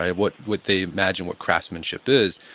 what what they imagine what craftsmanship is,